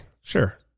sure